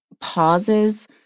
pauses